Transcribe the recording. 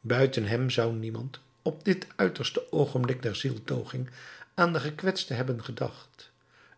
buiten hem zou niemand op dit uiterste oogenblik der zieltoging aan de gekwetsten hebben gedacht